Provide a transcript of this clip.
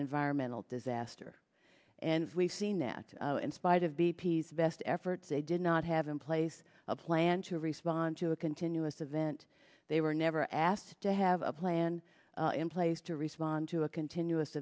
an environmental disaster and we've seen that in spite of b p s best efforts they did not have in place a plan to respond to a continuous event they were never asked to have a plan in place to respond to a continuous